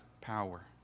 power